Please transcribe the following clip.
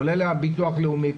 כולל הביטוח הלאומי,